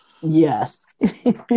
Yes